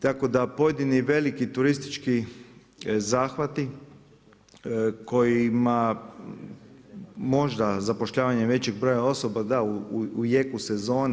Tako da pojedini veliki turistički zahvati kojima možda zapošljavanjem većeg broja osoba da u jeku sezone.